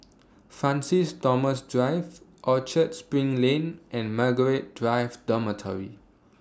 Francis Thomas Drive Orchard SPRING Lane and Margaret Drive Dormitory